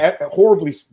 horribly –